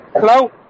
Hello